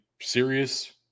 serious